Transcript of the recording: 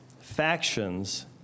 factions